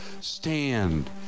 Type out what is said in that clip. stand